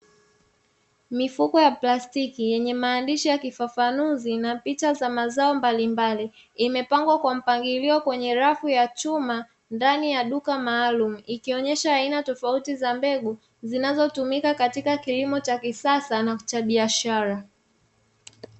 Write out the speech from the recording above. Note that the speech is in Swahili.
Mifuko ya plastiki yenye maandishi ya kifafanuzi na picha za mazao mbalimbali za mazao mbalimbali, imepangwa kwa mpangilio kwenye rafu ya chuma ndani ya duka maalumu ikionyesha aina tofauti za mbegu zinazotumika katika kilimo cha kisasa na cha biashara.